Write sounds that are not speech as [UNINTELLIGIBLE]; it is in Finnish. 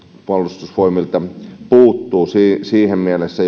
puolustusvoimilta puuttuvat siinä mielessä [UNINTELLIGIBLE]